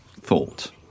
thought